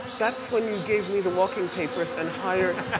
that's when you gave me the walking papers and hired,